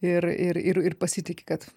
ir ir ir ir pasitiki kad